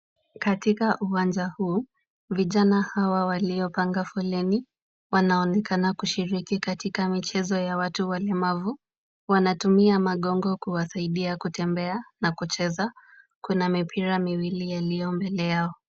Katika uwanja huu, vijana hawa waliopanga foleni wanaonekana kushiriki katika michezo ya watu walemavu. Wanatumia magongo kuwasaidia kutembea na kucheza. Kuna mipira miwili yaliyo mbele yao.